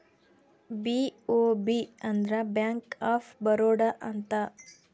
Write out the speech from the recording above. BOB ಅಂದ್ರ bank of Baroda ಅಂತ